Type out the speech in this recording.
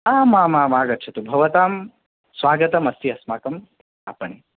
आमामाम् आगच्छतु भवतां स्वागतमस्ति अस्माकम् आपणे